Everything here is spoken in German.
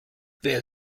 wer